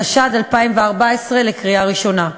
התשע"ה 2014, לקריאה ראשונה.